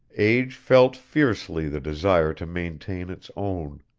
age felt fiercely the desire to maintain its own.